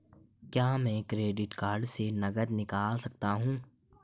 क्या मैं credit card से नकद निकाल सकता हूँ?